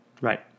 Right